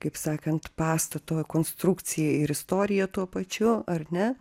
kaip sakant pastato konstrukcija ir istorija tuo pačiu ar ne